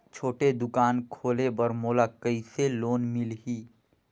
छोटे दुकान खोले बर मोला कइसे लोन मिलही?